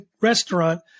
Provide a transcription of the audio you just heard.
restaurant